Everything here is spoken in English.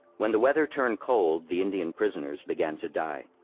when the weather turned cold, the indian prisoners began to die.